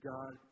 God